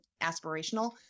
aspirational